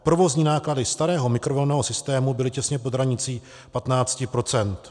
Provozní náklady starého mikrovlnného systému byly těsně pod hranicí 15 %.